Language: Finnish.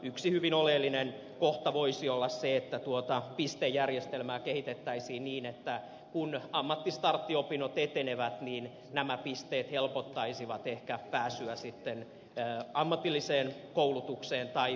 yksi hyvin oleellinen kohta voisi olla se että pistejärjestelmää kehitettäisiin niin että kun ammattistarttiopinnot etenevät niin nämä pisteet helpottaisivat ehkä pääsyä sitten ammatilliseen koulutukseen tai lukiokoulutukseen